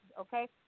okay